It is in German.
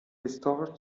historisch